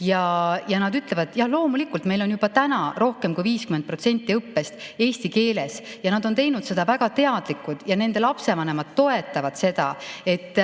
Ja nad ütlevad, et loomulikult meil on juba praegu rohkem kui 50% õppest eesti keeles. Nad on teinud seda väga teadlikult ja nende lapsevanemad toetavad seda, et